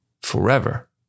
forever